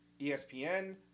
ESPN